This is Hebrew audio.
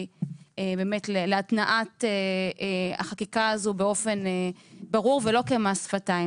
באמת להתנעת החקיקה הזו באופן ברור ולא כמס שפתיים,